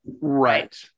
Right